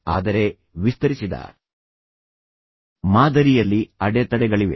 ಆದರೆ ವಿಸ್ತರಿಸಿದ ಮಾದರಿಯಲ್ಲಿ ಅಡೆತಡೆಗಳಿವೆ